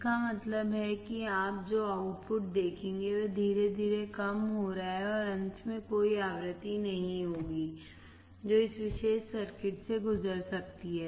इसका मतलब है कि आप जो आउटपुट देखेंगे वह धीरे धीरे कम हो रहा है और अंत में कोई आवृत्ति नहीं होगी जो इस विशेष सर्किट से गुजर सकती है